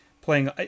playing